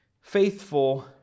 faithful